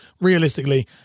realistically